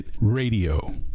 Radio